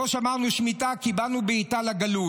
לא שמרנו שמיטה, קיבלנו בעיטה לגלות.